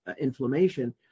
inflammation